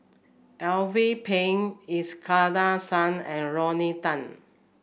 Alvin Pang Iskandar Shah and Lorna Tan